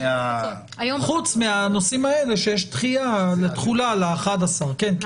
חוץ מהנושאים האלה שיש דחייה לתחולה, ל-11 כן.